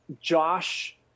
Josh